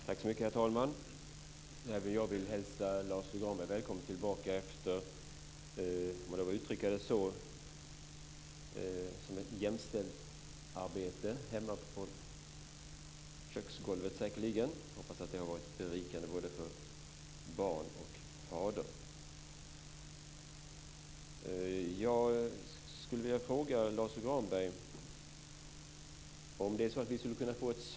Herr talman! Även jag vill hälsa Lars U Granberg välkommen tillbaka efter jämställdshetsarbete hemma, säkerligen på köksgolvet, om jag får lov att uttrycka det så. Jag hoppas det har varit berikande både för barn och fader. Jag skulle vilja få ett svar av Lars U Granberg.